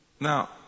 Now